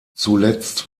zuletzt